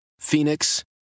Phoenix